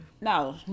No